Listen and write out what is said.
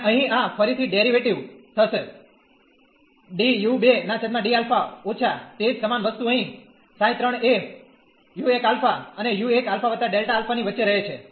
અને અહીં આ ફરીથી ડેરીવેટીવ થશેઓછા તે જ સમાન વસ્તુ અહીં ξ3 એ u1α અને u1α Δ α ની વચ્ચે રહે છે